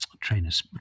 trainers